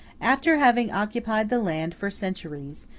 after having occupied the land for centuries,